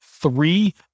three